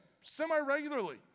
semi-regularly